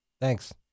Thanks